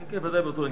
בוודאי, באותו עניין.